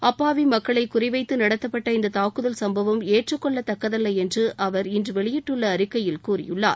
அப்பாவி மக்களை குறிவைத்து நடத்தப்பட்ட இந்த தாக்குதல் சம்பவம் ஏற்றுக்கொள்ளத்தக்கதல்ல என்று அவர் இன்று வெளியிட்டுள்ள அறிக்கையில் கூறியுள்ளார்